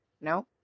no